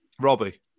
Robbie